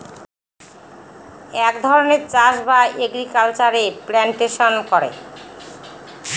এক ধরনের চাষ বা এগ্রিকালচারে প্লান্টেশন করে